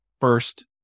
first